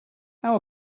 how